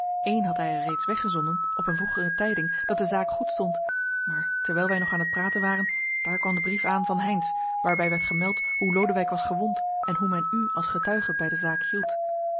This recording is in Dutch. één had hij er reeds weggezonden op een vroegere tijding dat de zaak goed stond maar terwijl wij nog aan t praten waren daar kwam de brief aan van heynsz waarbij werd gemeld hoe lodewijk was gewond en hoe men u als getuige bij de zaak hield